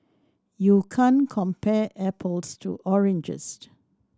you can't compare apples to oranges